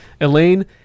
Elaine